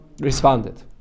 responded